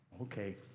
Okay